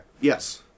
Yes